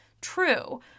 true